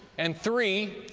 and three.